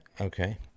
Okay